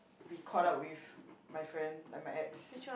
we caught up with my friend like my ex